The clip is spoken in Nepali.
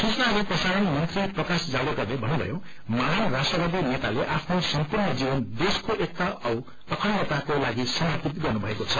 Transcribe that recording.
सूचना अनि प्रसारण मंत्री प्रकाश जावड़ेकरले भन्नुभयो महान राष्ट्रवादी नेताले आफ्नो समपूर्ण जीवन देश्को एकता औ अखण्डताको लागि समर्पित गर्नुभएको छ